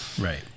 Right